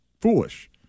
foolish